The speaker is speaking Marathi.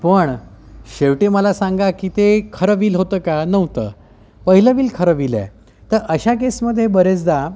पण शेवटी मला सांगा की ते खरं विल होतं का नव्हतं पहिलं विल खरं विल आहे तर अशा केसमध्ये बरेचदा